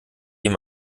ihm